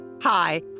Hi